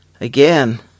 again